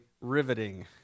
riveting